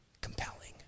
Compelling